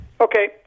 Okay